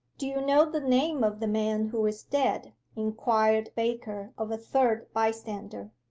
do you know the name of the man who is dead inquired baker of a third bystander.